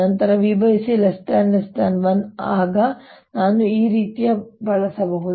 ನಂತರ vc 1 ಆಗ ನಾನು ಈ ರೀತಿಯ ಬಳಸಬಹುದು